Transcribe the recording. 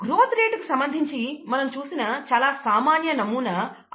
growth రేటుకు సంబంధించి మనం చూసిన చాలా సామాన్య నమూనా rx µx